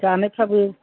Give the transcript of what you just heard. जानायफ्राबो